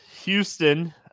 Houston